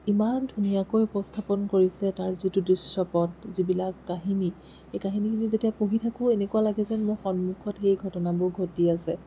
ইমান ধুনীয়াকৈ উপস্থাপন কৰিছিলে তাৰ যিটো দৃশ্যপট যিবিলাক কাহিনী সেই কাহিনী যেতিয়া পঢ়ি থাকোঁ এনেকুৱা লাগে যেন মোৰ সন্মুখত সেই ঘটনাবোৰ ঘটি আছে